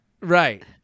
Right